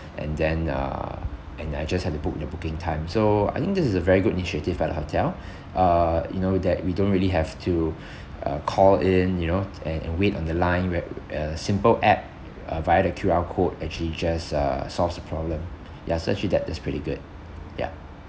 and then uh and I just had to book in the booking time so I think this is a very good initiative by the hotel uh you know that we don't really have to uh call in you know and and wait on the line where a simple app uh via the Q_R code actually just uh solves the problem ya so actually that that's pretty good ya